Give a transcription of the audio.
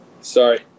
Sorry